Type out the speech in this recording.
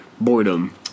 boredom